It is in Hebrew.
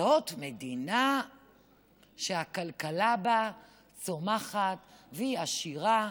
זאת מדינה שהכלכלה בה צומחת והיא עשירה,